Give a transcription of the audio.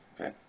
Okay